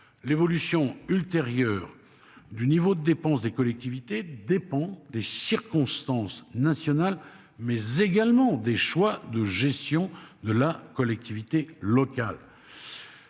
l'évolution ultérieure. Du niveau de dépenses des collectivités dépend des circonstances nationales mais également des choix de gestion de la collectivité locale.